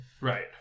Right